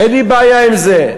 אין לי בעיה עם זה.